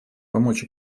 помочь